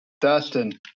Dustin